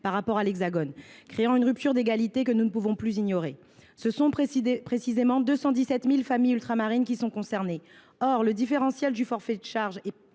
contrairement à l’Hexagone. Cela crée une rupture d’égalité que nous ne pouvons plus ignorer. Ce sont précisément 217 000 familles ultramarines qui sont concernées. Le différentiel du forfait charges est